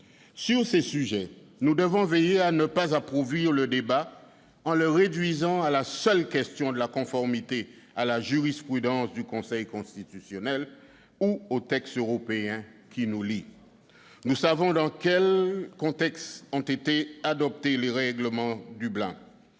Sur ces sujets, nous devons veiller à ne pas appauvrir le débat en le réduisant à la seule question de la conformité à la jurisprudence du Conseil constitutionnel ou aux textes européens qui nous lient. Nous savons dans quel contexte ont été adoptés les règlements de Dublin.